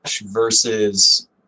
versus